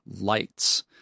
lights